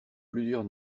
plusieurs